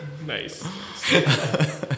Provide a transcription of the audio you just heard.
Nice